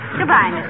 Goodbye